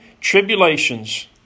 tribulations